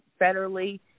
federally